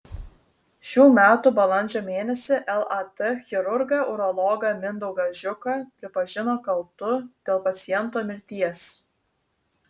šių metų balandžio mėnesį lat chirurgą urologą mindaugą žiuką pripažino kaltu dėl paciento mirties